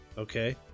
okay